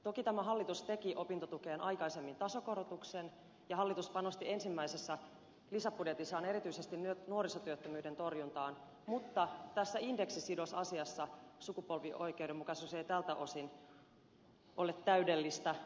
toki tämä hallitus teki opintotukeen aikaisemmin tasokorotuksen ja panosti ensimmäi sessä lisäbudjetissaan erityisesti nuorisotyöttömyyden torjuntaan mutta tässä indeksisidosasiassa sukupolvioikeudenmukaisuus ei tältä osin ole täydellistä